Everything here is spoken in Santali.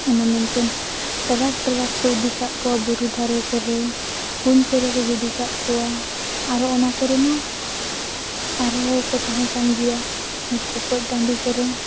ᱚᱱᱟ ᱢᱮᱱᱛᱮ ᱴᱮᱨᱟᱠ ᱴᱮᱨᱟᱠ ᱠᱚ ᱤᱫᱤᱠᱟᱜ ᱠᱚᱣᱟ ᱵᱩᱨᱩ ᱫᱷᱟᱨᱮ ᱠᱚᱨᱮ ᱠᱩᱧ ᱠᱚᱨᱮᱠᱚ ᱜᱤᱰᱤᱠᱟᱜ ᱠᱚᱣᱟ ᱟᱨᱚ ᱚᱱᱟ ᱠᱚᱨᱮ ᱢᱟ ᱟᱨ ᱦᱚᱸᱠᱚ ᱛᱟᱦᱮᱸ ᱠᱟᱱ ᱜᱮᱭᱟ ᱜᱚᱯᱚᱡ ᱴᱟᱺᱰᱤ ᱠᱚᱨᱮ